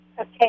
Okay